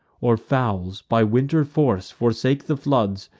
or fowls, by winter forc'd, forsake the floods,